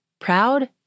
proud